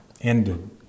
ended